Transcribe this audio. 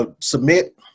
submit